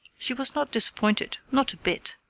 she was not disappointed not a bit.